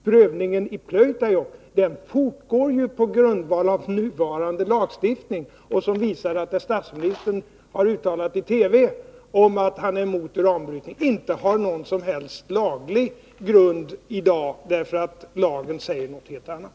Prövningen av frågan om brytning i Pleutajokk fortgår ju på grundval av nuvarande lagstiftning, som visar att statsministerns uttalande i TV om att han är emot uranbrytning i dag inte har någon som helst laglig grund. Lagen säger nämligen något helt annat.